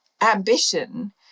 ambition